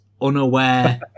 unaware